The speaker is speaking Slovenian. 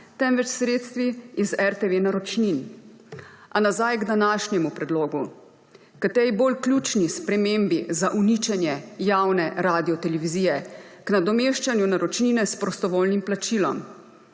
temveč s sredstvi iz RTV naročnin. A nazaj k današnjemu predlogu. K tej bolj ključni spremembi za uničenje javne radiotelevizije ‒ k nadomeščanju naročnine s prostovoljnim plačilom.